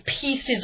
pieces